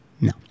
No